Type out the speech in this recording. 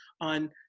on